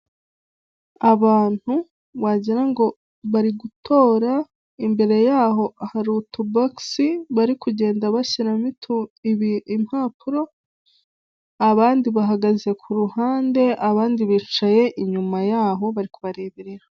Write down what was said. Abantu wagira ngo bari gutora, imbere yaho hari utubogisi bari kugenda bashyiramo impapuro, abandi bahagaze ku ruhande abandi bicaye inyuma yaho bari kubareberara.